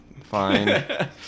Fine